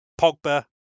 pogba